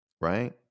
right